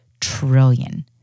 trillion